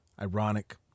ironic